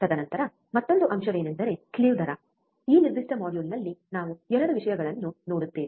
ತದನಂತರ ಮತ್ತೊಂದು ಅಂಶವೆಂದರೆ ಸ್ಲಿವ್ ದರ ಈ ನಿರ್ದಿಷ್ಟ ಮಾಡ್ಯೂಲ್ನಲ್ಲಿ ನಾವು 2 ವಿಷಯಗಳನ್ನು ನೋಡುತ್ತೇವೆ